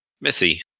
Missy